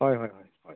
হয় হয় হয় হয়